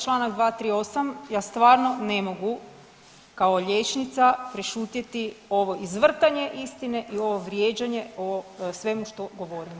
Članak 238., ja stvarno ne mogu kao liječnica prešutjeti ovo izvrtanje istine i ovo vrijeđanje o svemu što govorimo.